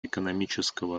экономического